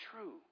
true